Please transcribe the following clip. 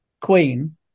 queen